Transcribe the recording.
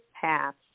paths